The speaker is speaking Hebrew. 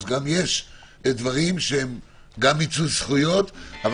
גם יש דברים שהם גם מיצוי זכויות אבל